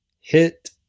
Hit